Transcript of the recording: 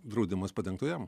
draudimas padengtų jam